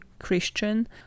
christian